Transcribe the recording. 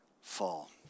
fall